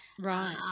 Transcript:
right